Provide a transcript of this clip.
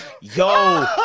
yo